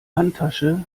handtasche